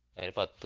and if i